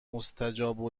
مستجاب